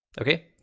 Okay